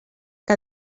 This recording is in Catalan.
que